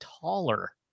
taller